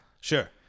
Sure